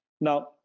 Now